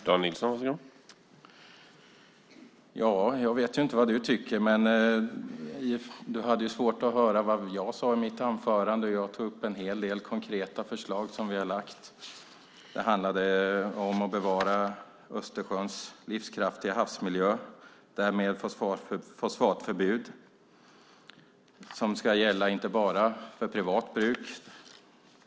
Herr talman! Jag vet inte vad du tycker, Sofia Arkelsten. Men du hade svårt att höra vad jag sade i mitt anförande, och jag tog upp en hel del konkreta förslag som vi har lagt fram. Det handlar om att bevara Östersjöns livskraftiga havsmiljö. Det handlar om fosfatförbud som inte bara ska gälla i fråga om privat bruk.